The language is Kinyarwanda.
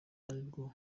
arirwo